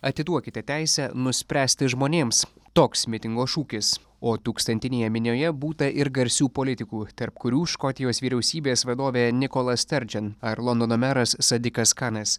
atiduokite teisę nuspręsti žmonėms toks mitingo šūkis o tūkstantinėje minioje būta ir garsių politikų tarp kurių škotijos vyriausybės vadovė nikola sterdžen ar londono meras sadikas kanas